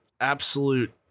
absolute